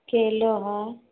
केलो हय